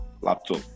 laptop